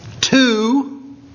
Two